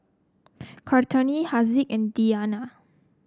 Kartini Haziq and Diyana